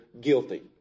guilty